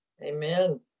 Amen